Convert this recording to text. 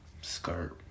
Skirt